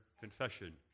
confession